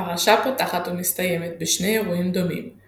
הפרשה פותחת ומסתיימת בשני אירועים דומים –